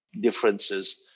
differences